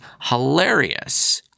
hilarious